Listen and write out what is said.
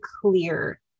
clear